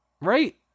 Right